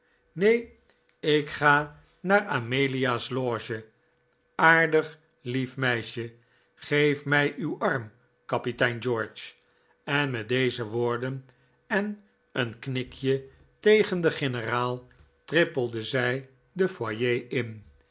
nee ik ga naar amelia's loge aardig lief meisje geef mij uw arm kapitein george en met deze woorden en een knikje tegen den generaal trippelde zij den foyer in